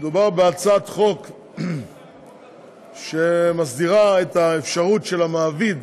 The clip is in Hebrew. מדובר בהצעת חוק שמסדירה את האפשרות של המעביד